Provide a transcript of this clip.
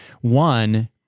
one